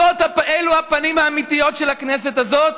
אלו הפנים האמיתיות של הכנסת הזאת,